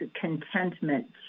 contentment